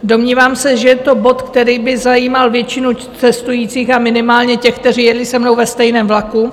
Domnívám se, že je to bod, který by zajímal většinu cestujících a minimálně těch, kteří jeli se mnou ve stejném vlaku.